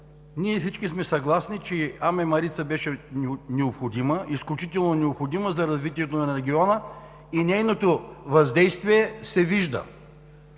Ние всички сме съгласни, че АМ „Марица“ беше необходима, изключително необходима за развитието на региона и нейното въздействие се вижда,